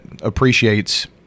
appreciates